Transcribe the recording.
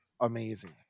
amazing